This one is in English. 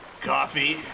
coffee